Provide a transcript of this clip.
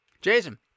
Jason